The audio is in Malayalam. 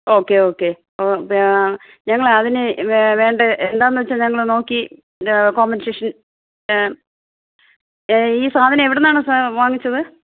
ഓക്കെ ഓക്കെ ഓഹ് ഞങ്ങളതിന് വേണ്ടത് എന്താണെന്ന് വെച്ചാൽ ഞങ്ങൾ നോക്കി കോമ്പൻസേഷൻ ഈ സാധനം എവിടെ നിന്നാണ് സാർ വാങ്ങിച്ചത്